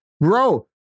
bro